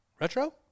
Retro